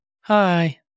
Hi